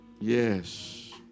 yes